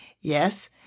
Yes